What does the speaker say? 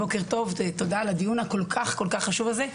בוקר טוב, תודה על הדיון הכל כך חשוב הזה.